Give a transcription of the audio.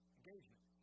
Engagement